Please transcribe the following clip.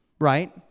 right